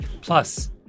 Plus